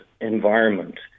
environment